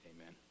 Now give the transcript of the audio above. amen